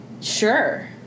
Sure